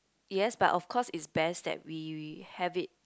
yes but of course it's best that we we have it